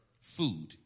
food